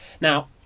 Now